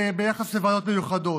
ביחס לוועדות מיוחדות.